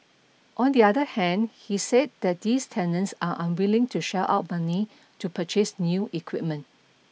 on the other hand he said that these tenants are unwilling to shell out money to purchase new equipment